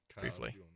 briefly